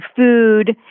food